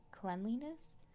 cleanliness